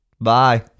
bye